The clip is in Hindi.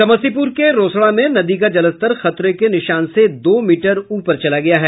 समस्तीपूर के रोसड़ा में नदी का जलस्तर खतरे के निशान से दो मीटर ऊपर चला गया है